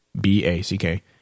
B-A-C-K